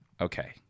Okay